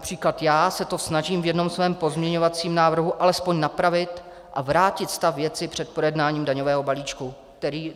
Například já se to snažím v jednom svém pozměňovacím návrhu alespoň napravit a vrátit stav věci před projednáním daňového balíčku,